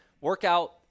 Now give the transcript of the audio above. workout